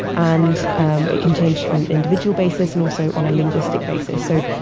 and um it can change on an individual basis, and also on a linguistic basis so